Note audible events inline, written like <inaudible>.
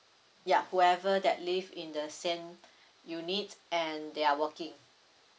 ya whoever that live in the same <breath> unit and they are working